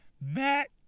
Matt